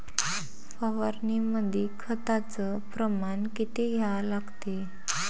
फवारनीमंदी खताचं प्रमान किती घ्या लागते?